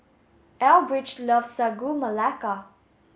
Elbridge loves Sagu Melaka